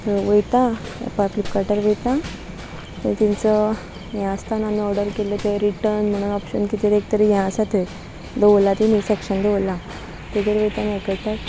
थंय वयता प फ्लिपकार्टार वयता थंय तेंचो हें आसतान आमी ऑर्डर केल्ले थंय रिटर्न म्हणून ऑप्शन कितेंरी एक तरी हें आसा थंय दवरलां ती न्ही सॅक्शन दवरलां तेजेर वयता आ हें करता